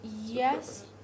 Yes